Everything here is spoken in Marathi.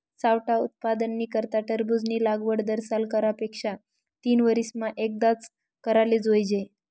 सावठा उत्पादननी करता टरबूजनी लागवड दरसाल करा पेक्षा तीनवरीसमा एकदाव कराले जोइजे